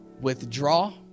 Withdraw